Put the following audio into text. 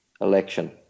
election